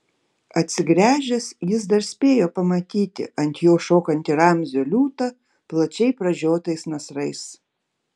atsigręžęs jis dar spėjo pamatyti ant jo šokantį ramzio liūtą plačiai pražiotais nasrais